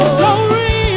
glory